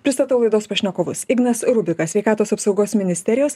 pristatau laidos pašnekovus ignas rubikas sveikatos apsaugos ministerijos